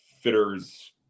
fitters